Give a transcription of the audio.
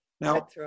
Now